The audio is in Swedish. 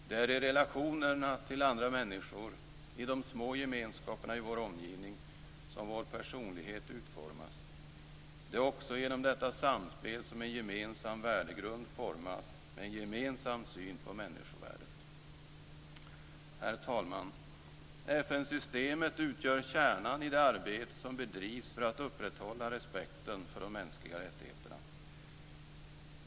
Det är i relationerna till andra människor, i de små gemenskaperna i vår omgivning, som vår personlighet utformas. Det är också genom detta samspel som en gemensam värdegrund formas med en gemensam syn på människovärdet. Herr talman! FN-systemet utgör kärnan i det arbete som bedrivs för att upprätthålla respekten för de mänskliga rättigheterna.